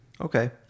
okay